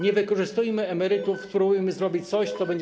Nie wykorzystujmy emerytów, spróbujmy zrobić coś, co będzie.